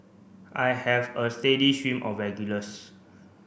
I have a steady stream of regulars